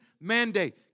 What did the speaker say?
mandate